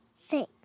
six